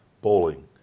Bowling